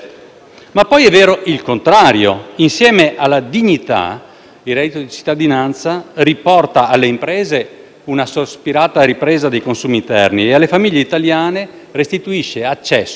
il reddito di cittadinanza riporta alle imprese una sospirata ripresa dei consumi interni e alle famiglie italiane restituisce accesso ai farmaci e a una alimentazione più adeguata.